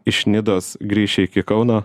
iš nidos grįši iki kauno